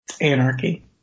Anarchy